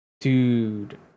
Dude